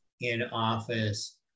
in-office